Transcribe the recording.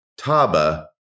Taba